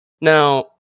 Now